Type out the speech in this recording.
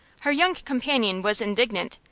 her young companion was indignant.